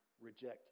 reject